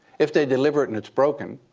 if they deliver it and it's broken,